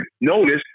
notice